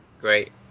Great